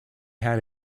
had